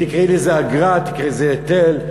תקראי לזה אגרה, תקראי לזה היטל.